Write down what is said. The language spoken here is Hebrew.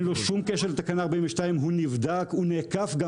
אין לו שום קשר לתקנה 42. הוא נבדק והוא גם נאכף.